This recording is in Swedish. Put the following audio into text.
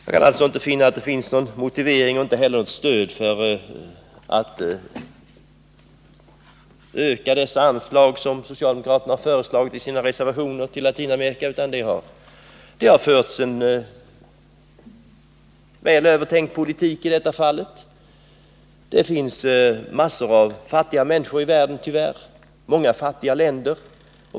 Jag kan alltså inte finna att det finns någon motivering och heller inte något stöd för att öka dessa anslag till Latinamerika, såsom socialdemokraterna föreslagit i sina reservationer. Det har förts en väl övertänkt politik i detta fall. Det finns tyvärr massor av fattiga människor i världen och många fattiga länder.